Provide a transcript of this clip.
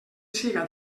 siga